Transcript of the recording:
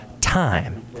time